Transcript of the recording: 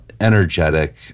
energetic